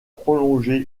prolongé